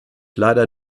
leider